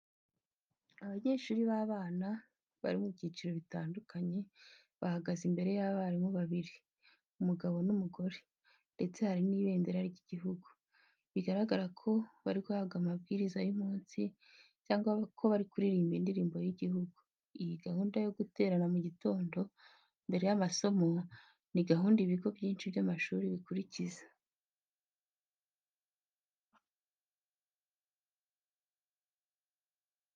Abanyeshuri b'abana, bari mu byiciro bitandukanye bahagaze imbere y'abarimu babiri, umugabo n'umugore ndetse hari n'ibendera ry'igihugu, biragaragara ko bari guhabwa amabwiriza y'umunsi cyangwa ko bari kuririmba indirimo y'igihugu. Iyi gahunda yo guterana mu gitondo mbere y'amasomo, ni gahunda ibigo byinshi by'amashuri bikurikiza.